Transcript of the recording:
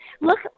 look